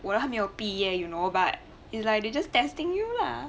我都还没有毕业 you know but its like they just testing you lah